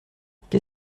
qu’est